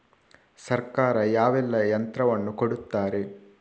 ಸರ್ಕಾರ ಯಾವೆಲ್ಲಾ ಯಂತ್ರವನ್ನು ಕೊಡುತ್ತಾರೆ?